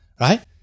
right